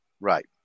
right